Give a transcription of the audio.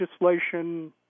legislation